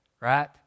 Right